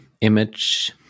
image